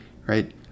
right